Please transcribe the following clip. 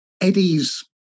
Eddie's